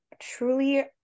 truly